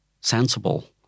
sensible